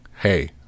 Hey